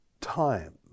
Time